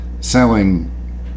selling